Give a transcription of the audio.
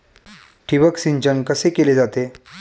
ठिबक सिंचन कसे केले जाते?